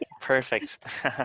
perfect